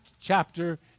chapter